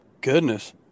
Goodness